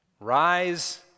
rise